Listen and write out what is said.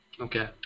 Okay